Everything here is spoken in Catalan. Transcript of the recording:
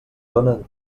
donen